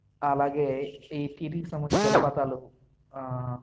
అలాగే ఈ టిటిడికి సంబంధించిన జలపాతాలు